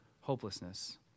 hopelessness